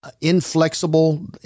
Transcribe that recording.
inflexible